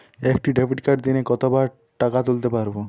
একটি ডেবিটকার্ড দিনে কতবার টাকা তুলতে পারব?